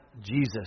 Jesus